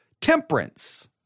temperance